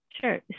Sure